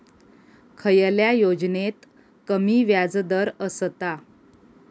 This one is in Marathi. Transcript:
खयल्या योजनेत कमी व्याजदर असता?